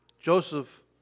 Joseph